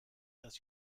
dass